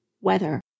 weather